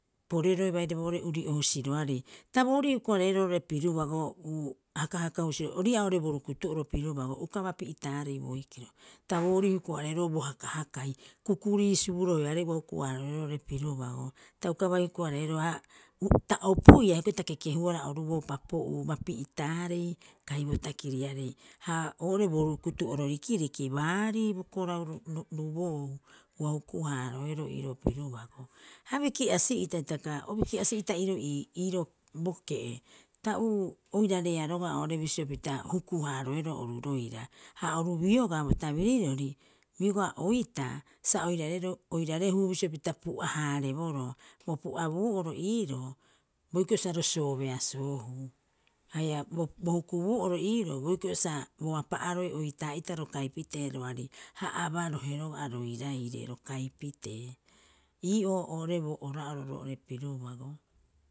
Poreroe baire boo'ore urii'o husiroarei. Ta boorii huku- hareeroo ro pirubago uu hakahakasi. Ori ii'aa oo'ore bo rukutu'oro pirubago uka bapi'itaarei, boikiro ta boorii huku- hareeroo bo hakahakai, kukurii subu roheoarei ua huku- haaroeroo ro pirubago. Ta uka bai huku- hareeroo ha ta opuiia hioko'i ta kekehuara oru boo papo'uu bapi'itaarei kai bo takiriarei. Ha oo'ore bo rukutu'oro rikiriki baarii bo korau ru ruboou ua huku- haaroeroo iiroo pirubago. Ha biki'asi'ita hitaka o biki'asi'ita iiroo ii- ii iiroo bo ke'e ta uu, oirareea roga'a bisio pita huku- haaroeroo oru roira. Ha oru biogaa bo tabirirori biogaa oitaa sa oirareroe sa oirarehuu bisio pita pu'a- haareboroo. Bo pu'abuu'oro iiroo boikiro sa ro soobeasoohuu, haia bo hukubuu'oro iiroo boikiro sa boa pa'aroe oitaa'ita ro kai pitee roari ha abarohe roga'a roiraire ro kai pitee. Ii'oo oo'ore bo ora'oro roo'ore pirubago.